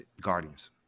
Guardians